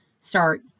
start